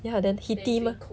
ya the heaty mah